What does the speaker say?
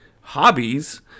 hobbies